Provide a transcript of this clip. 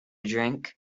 drink